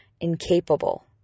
incapable